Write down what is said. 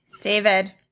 David